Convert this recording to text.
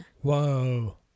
Whoa